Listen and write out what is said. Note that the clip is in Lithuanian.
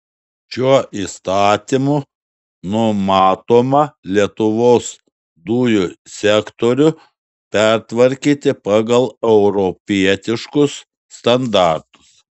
šiuo įstatymu numatoma lietuvos dujų sektorių pertvarkyti pagal europietiškus standartus